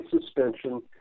suspension